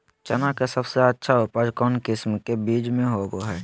चना के सबसे अच्छा उपज कौन किस्म के बीच में होबो हय?